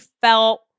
felt